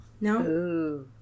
No